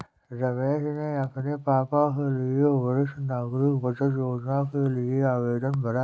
रमेश ने अपने पापा के लिए वरिष्ठ नागरिक बचत योजना के लिए आवेदन भरा